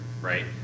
right